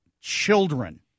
children